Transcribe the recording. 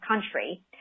country